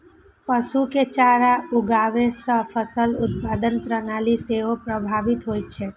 पशु के चारा उगाबै सं फसल उत्पादन प्रणाली सेहो प्रभावित होइ छै